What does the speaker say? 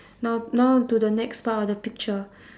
now now to the next part of the picture